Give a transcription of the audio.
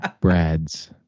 Brad's